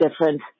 different